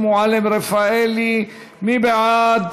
49 בעד, ארבעה מתנגדים וארבעה נמנעים.